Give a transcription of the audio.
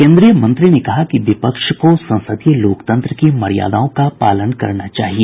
केन्द्रीय मंत्री ने कहा कि विपक्ष को संसदीय लोकतंत्र की मर्यादाओं का पालन करना चाहिए